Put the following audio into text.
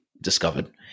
discovered